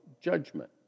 judgment